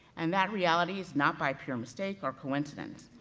and that reality is not by pure mistake or coincidence.